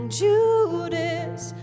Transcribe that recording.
judas